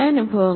അനുഭവങ്ങൾ